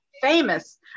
famous